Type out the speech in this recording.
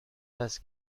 است